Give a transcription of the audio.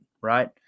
right